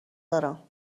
دارم